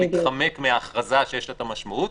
להתחמק מההכרזה שיש לה את המשמעות.